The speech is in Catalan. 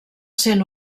sent